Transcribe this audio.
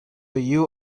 you